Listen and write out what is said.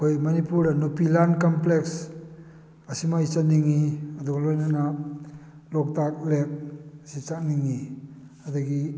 ꯑꯩꯈꯣꯏ ꯃꯅꯤꯄꯨꯔꯗ ꯅꯨꯄꯤ ꯂꯥꯟ ꯀꯝꯄ꯭ꯂꯦꯛꯁ ꯑꯁꯤꯃ ꯑꯩ ꯆꯠꯅꯤꯡꯏ ꯑꯗꯨꯒ ꯂꯣꯏꯅꯅ ꯂꯣꯛꯇꯥꯛ ꯂꯦꯛ ꯑꯁꯤ ꯆꯠꯅꯤꯡꯏ ꯑꯗꯒꯤ